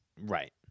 Right